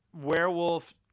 werewolf